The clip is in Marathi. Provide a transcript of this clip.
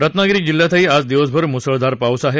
रत्नागिरी जिल्ह्यातही आज दिवसभर मुसळधार पाऊस आहे